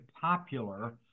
popular